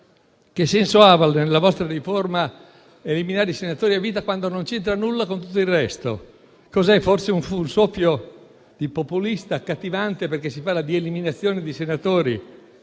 Che senso ha nella vostra riforma eliminare i senatori a vita quando non c'entra nulla con tutto il resto? Forse è soffio di populismo accattivante, perché si parla di eliminazione di senatori?